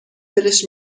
دلش